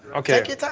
ok.